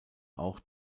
auch